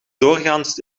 doorgaans